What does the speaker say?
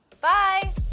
Bye